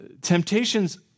Temptations